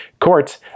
courts